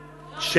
די, נו.